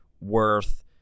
worth